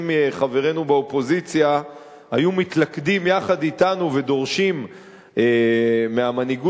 שחברינו באופוזיציה היו מתלכדים יחד אתנו ודורשים מהמנהיגות